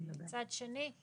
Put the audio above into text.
מצד שני,